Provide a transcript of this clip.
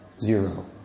Zero